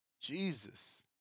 Jesus